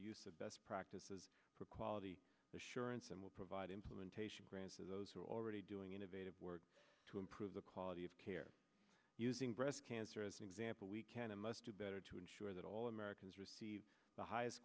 use of best practices for quality assurance and will provide implementation grants to those who are already doing innovative work to improve the quality of care using breast cancer as an example we can and must do better to ensure that all americans receive the highest